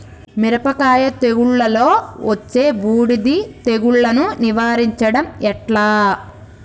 మిరపకాయ తెగుళ్లలో వచ్చే బూడిది తెగుళ్లను నివారించడం ఎట్లా?